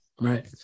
Right